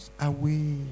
away